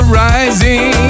rising